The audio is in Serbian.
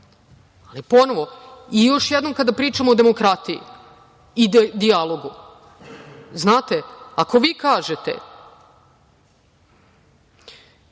neistinu. Ponovo, i još jednom kada pričamo o demokratiji i dijalogu, znate, ako vi kažete